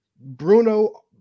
Bruno